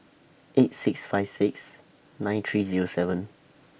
eight six five six nine three Zero seven